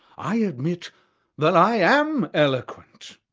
i admit that i am eloquent.